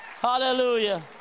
Hallelujah